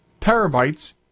terabytes